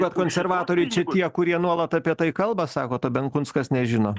bet konservatoriai čia tie kurie nuolat apie tai kalba sakot o benkunskas nežino